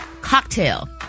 cocktail